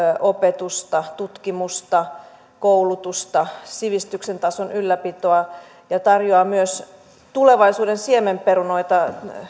opetusta tutkimusta koulutusta sivistyksen tason ylläpitoa yliopisto tarjoaa myös tulevaisuuden siemenperunoita